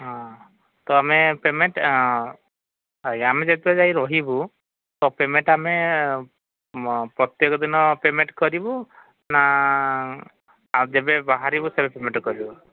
ହଁ ତ ଆମେ ପେମେଣ୍ଟ ଆଜ୍ଞା ଆମେ ଯେତେବେଳେ ଯାଇ ରହିବୁ ତ ପେମେଣ୍ଟ ଆମେ ପ୍ରତ୍ୟେକ ଦିନ ପେମେଣ୍ଟ କରିବୁ ନା ଆଉ ଯେବେ ବାହାରିବୁ ସେବେ ପେମେଣ୍ଟ କରିବୁ